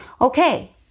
Okay